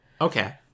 Okay